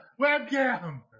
webcam